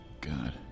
God